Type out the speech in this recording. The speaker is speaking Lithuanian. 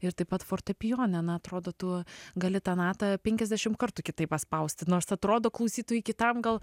ir taip pat fortepijone na atrodo tu gali tą natą penkiasdešimt kartų kitaip paspausti nors atrodo klausytojui kitam gal